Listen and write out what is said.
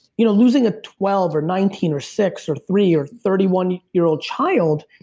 you know losing a twelve or nineteen, or six, or three, or thirty one year old child,